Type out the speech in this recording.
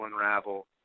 unravel